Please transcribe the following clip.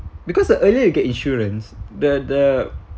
because the earlier you get insurance the the